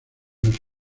menos